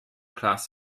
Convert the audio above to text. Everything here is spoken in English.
class